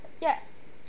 Yes